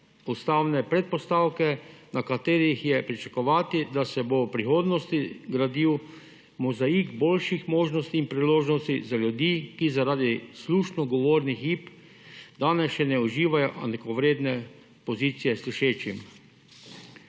ustavne predpostavke, na katerih je pričakovati, da se bo v prihodnosti gradil mozaik boljših možnosti in priložnosti za ljudi, ki zaradi slušno govornih hib danes še ne uživajo enakovredne pozicije slišečim.